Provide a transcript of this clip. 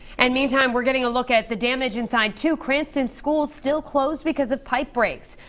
and meanwhile, um we're getting a look at the damage inside two cranston schools, still closed because of pipe breaks.